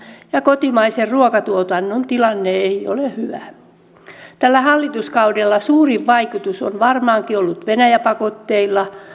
ja kotimaisen ruokatuotannon tilanne ei ole hyvä tällä hallituskaudella suurin vaikutus on varmaankin ollut venäjä pakotteilla